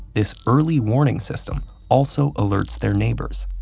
this early warning system also alerts their neighbors.